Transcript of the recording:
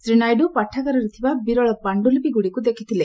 ଶ୍ରୀ ନାଇଡୁ ପାଠାଗାରରେ ଥିବା ବିରଳ ପାଣ୍ଟୁଲିପିଗୁଡ଼ିକୁ ଦେଖିଥିଲେ